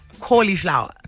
cauliflower